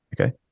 Okay